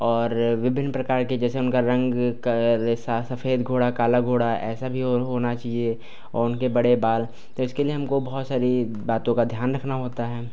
और विभिन्न प्रकार के जैसे उनका रंग का ऐसा सफ़ेद घोड़ा काला घोड़ा ऐसा भी हो होना चाहिए और उनके बड़े बाल तो इसके लिए हमको बहुत सारी बातों का ध्यान रखना होता है